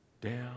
down